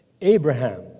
Abraham